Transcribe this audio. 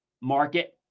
market